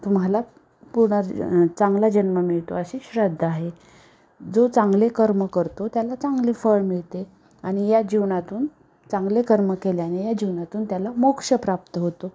तुम्हाला पुर्न चांगला जन्म मिळतो अशी श्रद्धा आहे जो चांगले कर्म करतो त्याला चांगली फळ मिळते आणि या जीवनातून चांगले कर्म केल्याने या जीवनातून त्याला मोक्ष प्राप्त होतो